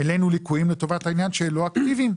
העלינו ליקויים לטובת העניין שהם לא אקטיביים,